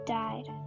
died